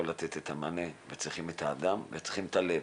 לתת את המענה וצריכים את האדם וצריכים את הלב.